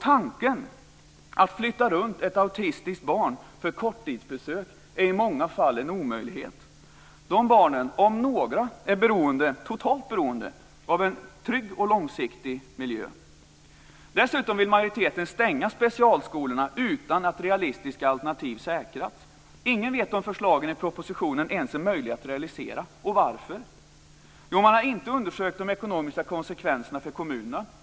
Tanken att flytta ett autistiskt barn för korttidsbesök är i många fall en omöjlighet. Dessa barn, om några, är totalt beroende av en trygg och långsiktig miljö. Dessutom vill majoriteten stänga specialskolorna utan att realistiska alternativ har säkrats. Ingen vet om förslagen i propositionen i realiteten ens är möjliga att realisera. Man har inte undersökt de ekonomiska konsekvenserna för kommunerna.